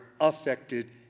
affected